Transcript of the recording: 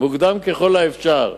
מוקדם ככל האפשר.